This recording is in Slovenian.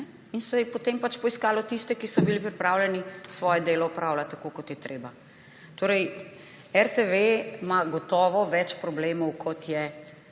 in so potem poiskali tiste, ki so bili pripravljeni svoje delo opravljati tako, kot je treba. RTV ima gotovo več problemov, kot